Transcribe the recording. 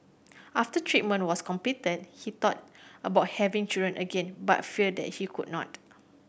after treatment was completed he thought about having children again but feared that he could not